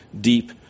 deep